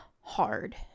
hard